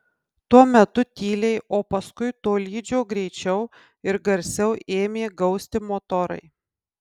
tuo metu tyliai o paskui tolydžio greičiau ir garsiau ėmė gausti motorai